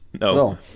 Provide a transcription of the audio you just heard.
No